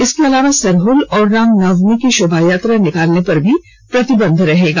इसके अलावा सरहुल और रामनवमी की शोभायात्रा निकालने पर भी प्रतिबंध रहेगा